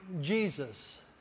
Jesus